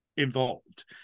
involved